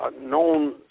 known